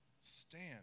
Stand